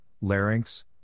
larynx